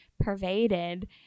pervaded